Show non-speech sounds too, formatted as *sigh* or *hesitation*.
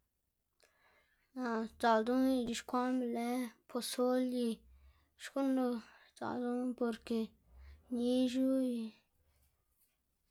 *hesitation* sdzaꞌl ldoꞌná ix̱ixkwaꞌná be lë posol y xkuꞌn lo sdzaꞌl ldoꞌnu porke nixu y.